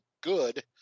good